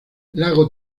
lago